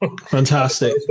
Fantastic